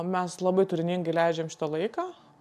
mes labai turiningai leidžiam šitą laiką